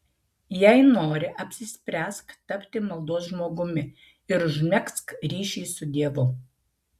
jei nori apsispręsk tapti maldos žmogumi ir užmegzk ryšį su dievu